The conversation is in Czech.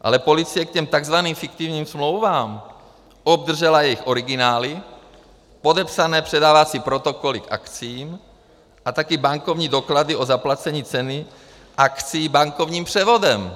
Ale policie k těm takzvaným fiktivním smlouvám obdržela jejich originály, podepsané předávací protokoly k akciím a taky bankovní doklady o zaplacení ceny akcií bankovním převodem.